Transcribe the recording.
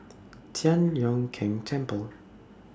Tian Leong Keng Temple